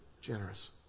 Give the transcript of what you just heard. generous